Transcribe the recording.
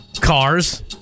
Cars